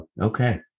Okay